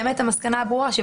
וכן הלאה.